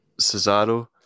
Cesaro